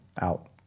out